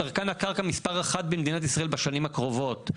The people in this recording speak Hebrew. צרכן הקרקע מספר אחת במדינת ישראל בשנים הקרובות.